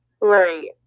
Right